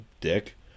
dick